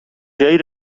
جایی